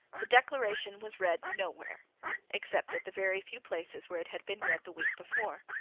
the declaration was read nowhere except at the very few places where it had been read the week before.